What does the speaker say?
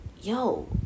yo